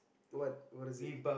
what what is it